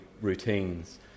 routines